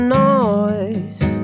noise